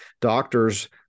doctors